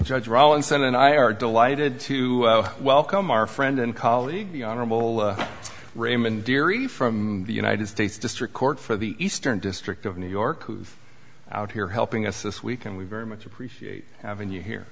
judge rawlinson and i are delighted to welcome our friend and colleague the honorable raymond geary from the united states district court for the eastern district of new york who's out here helping us this week and we very much appreciate having you here